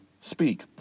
speak